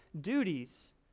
duties